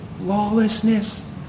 lawlessness